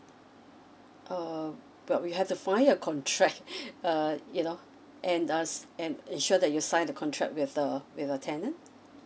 uh but we have to find a contract uh you know and uh and ensure that you sign the contract with uh with a tenant